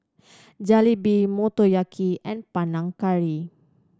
Jalebi Motoyaki and Panang Curry